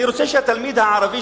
אני רוצה שהתלמיד הערבי,